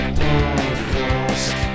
podcast